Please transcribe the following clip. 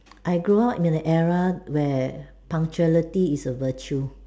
I grow up in era where punctuality is a virtue